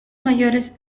mayores